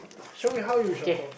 show me how you shuffle